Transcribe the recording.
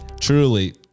truly